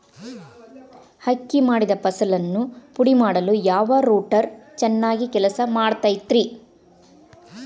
ಅಕ್ಕಿ ಮಾಡಿದ ಫಸಲನ್ನು ಪುಡಿಮಾಡಲು ಯಾವ ರೂಟರ್ ಚೆನ್ನಾಗಿ ಕೆಲಸ ಮಾಡತೈತ್ರಿ?